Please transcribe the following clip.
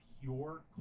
pure